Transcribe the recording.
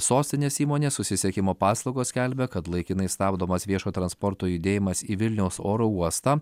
sostinės įmonė susisiekimo paslaugos skelbia kad laikinai stabdomas viešo transporto judėjimas į vilniaus oro uostą